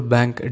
Bank